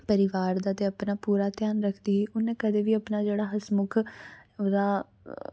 ते अपने परिवार दा ते अपना पूरा ध्यान रक्खदी ही ते उन्ने कदें बी जेह्ड़ा अपना हंसमुख एह्दा